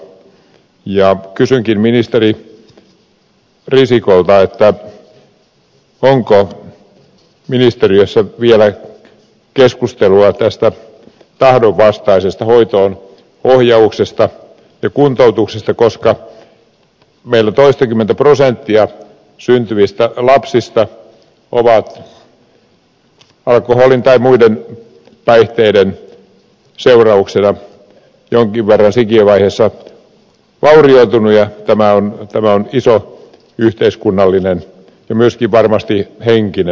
kysynkin ministeri risikolta onko ministeriössä vielä keskustelua tästä tahdonvastaisesta hoitoonohjauksesta ja kuntoutuksesta koska meillä toistakymmentä prosenttia syntyvistä lapsista on alkoholin tai muiden päihteiden seurauksena jonkin verran sikiövaiheessa vaurioitunut ja tämä on iso yhteiskunnallinen ja myöskin varmasti henkinen ongelma